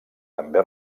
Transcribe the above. també